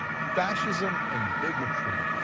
fascism and bigotry